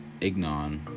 Ignon